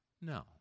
no